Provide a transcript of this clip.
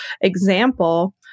example